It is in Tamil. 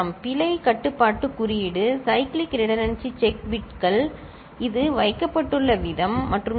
பிழைக் கட்டுப்பாட்டுக் குறியீடுcycle redundancy check பிட்கள் இது வைக்கப்பட்டுள்ள விதம் மற்றும் சி